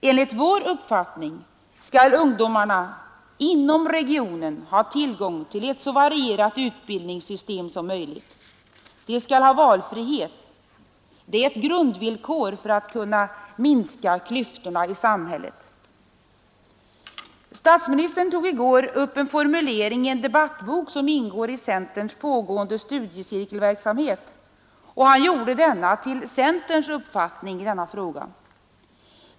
Enligt vår uppfattning skall ungdomarna inom regionen ha tillgång till ett så varierat utbildningssystem som möjligt. De skall ha valfrihet. Det är ett grundvillkor för att kunna minska klyftorna i samhället. Statsministern tog i går upp en formulering i en debattbok som används i centerns pågående studiecirkelverksamhet och gjorde den till centerns uppfattning i denna fråga.